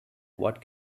what